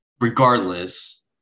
Regardless